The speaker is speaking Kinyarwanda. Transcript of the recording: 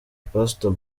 pastor